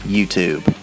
YouTube